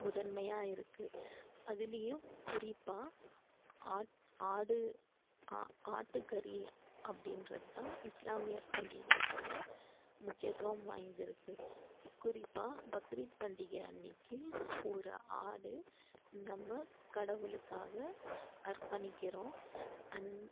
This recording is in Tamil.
முதன்மையாக இருக்குது அதுலேயும் குறிப்பாக ஆடு ஆட்டுக்கறி அப்படீன்றது தான் இஸ்லாமியர் பண்டிகைகளில் முக்கியத்துவம் வாய்ந்து இருக்குது குறிப்பாக பக்ரீத் பண்டிகை அன்றைக்கு ஒரு ஆடு நம்ம கடவுளுக்காக அர்ப்பணிக்கிறோம் அந்த